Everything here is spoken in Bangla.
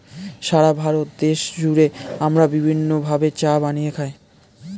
সারা ভারত দেশ জুড়ে আমরা বিভিন্ন ভাবে চা বানিয়ে খাই